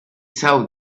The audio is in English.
saw